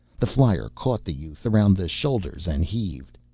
the flyer caught the youth around the shoulders and heaved.